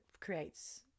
creates